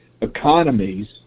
economies